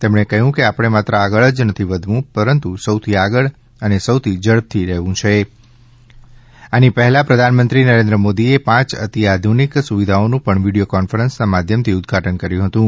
તેમણે કહ્યુંકે આપણે માત્ર આગળ જ નથી વધવું પરંતુ સૌથી આગળ અને સૌથી ઝડપી રહેવું છે આની પહેલા પ્રધાનમંત્રી શ્રી નરેન્દ્ર મોદીએ પાંચ અધિઆધુનિક સુવિધાઓનું પણ વિડિયો કોન્ફરન્સના માધ્યમથી ઉદ્દઘાટન કર્યું હતું